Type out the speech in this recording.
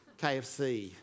KFC